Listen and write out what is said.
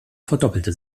verdoppelte